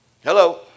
Hello